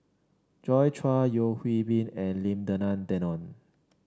Joi Chua Yeo Hwee Bin and Lim Denan Denon